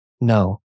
No